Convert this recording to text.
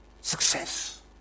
success